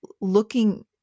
looking